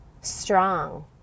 strong